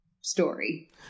story